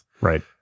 Right